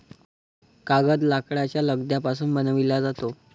कागद लाकडाच्या लगद्यापासून बनविला जातो